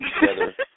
together